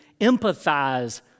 empathize